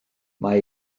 mae